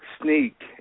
sneak